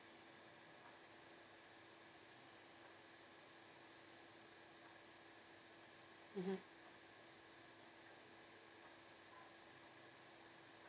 mmhmm